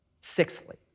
Sixthly